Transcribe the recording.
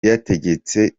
yategetse